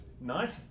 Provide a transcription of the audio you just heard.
nice